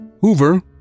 Hoover